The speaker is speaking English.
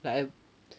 like I